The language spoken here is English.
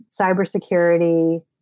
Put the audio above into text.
cybersecurity